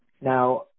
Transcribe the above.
Now